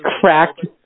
cracked